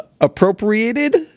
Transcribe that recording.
appropriated